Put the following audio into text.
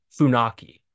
Funaki